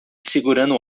segurando